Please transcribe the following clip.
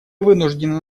вынуждены